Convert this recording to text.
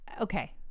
okay